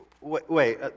Wait